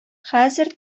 хәзер